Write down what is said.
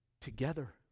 together